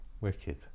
wicked